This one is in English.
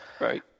Right